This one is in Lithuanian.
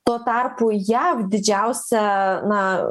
tuo tarpu jav didžiausia na